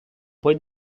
poi